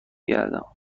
گردم